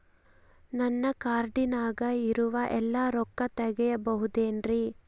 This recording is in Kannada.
ನನ್ನ ಕಾರ್ಡಿನಾಗ ಇರುವ ಎಲ್ಲಾ ರೊಕ್ಕ ತೆಗೆಯಬಹುದು ಏನ್ರಿ?